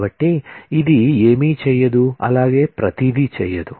కాబట్టి ఇది ఏమీ చేయదు అలాగే ప్రతిదీ చేయదు